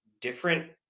different